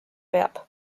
peab